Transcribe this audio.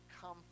come